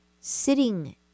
sitting